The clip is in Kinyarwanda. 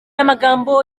amagambo